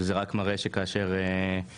וזה רק מראה שכאשר כולנו